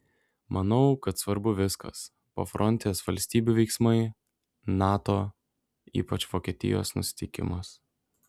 manau kad svarbu viskas pafrontės valstybių veiksmai nato ypač vokietijos nusiteikimas